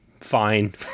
fine